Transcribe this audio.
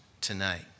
tonight